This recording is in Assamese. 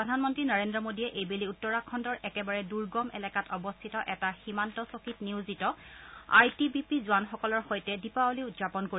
প্ৰধানমন্ত্ৰী নৰেন্দ্ৰ মোডীয়ে এইবেলি উত্তৰাখণ্ডৰ একেবাৰে দূৰ্গম এলেকাত অৱস্থিত এটা সীমান্ত চকীত নিয়োজিত আই টি বি পি জোৱানসকলৰ সৈতে দীপাৱলী উদযাপন কৰিব